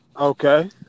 Okay